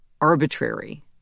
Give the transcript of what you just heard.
arbitrary